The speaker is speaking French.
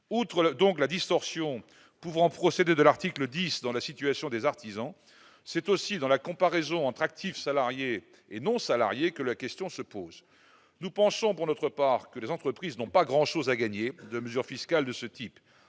outre le donc la distorsion pouvant procéder de l'article 10 dans la situation des artisans, c'est aussi dans la comparaison entre actifs salariés et non salariés que la question se pose : nous pensons pour notre part que les entreprises n'ont pas grand-chose à gagner de mesures fiscales de ce type,